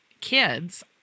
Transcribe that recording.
kids